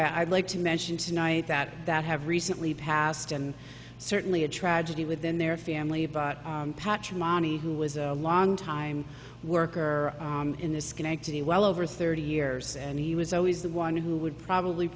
i'd like to mention tonight that that have recently passed and certainly a tragedy within their family but patrimony who was a long time worker in this connected well over thirty years and he was always the one who would probably